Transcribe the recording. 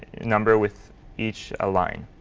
number with each ah line.